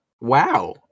Wow